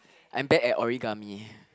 I'm bad at origami